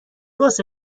واسه